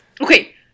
okay